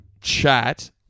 chat